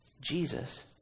Jesus